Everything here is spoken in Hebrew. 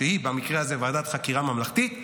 שהיא במקרה הזה ועדת חקירה ממלכתית,